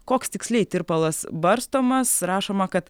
koks tiksliai tirpalas barstomas rašoma kad